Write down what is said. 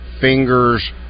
fingers